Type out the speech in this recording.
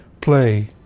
play